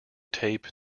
tape